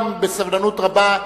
גם בסבלנות רבה,